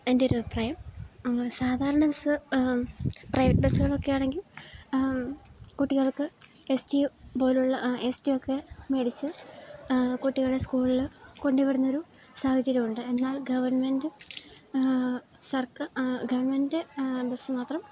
എൻ്റെ ഒരു അഭിപ്രായം സാധാരണ ബസ് പ്രൈവറ്റ് ബസ്സുകളൊക്കെ ആണെങ്കിൽ കുട്ടികൾക്ക് എസ്റ്റി പോലെയുള്ള എസ്റ്റിയൊക്കെ മേടിച്ചു കുട്ടികളെ സ്കൂളിൽ കൊണ്ടുവിടുന്ന ഒരു സാഹചര്യം ഉണ്ട് എന്നാൽ ഗവൺമെൻ്റ് ഗവൺമെൻ്റ് ബസ്സ് മാത്രം